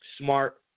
smart